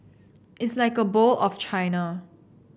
it's like a bowl of China